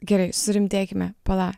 gerai surimtėkime pala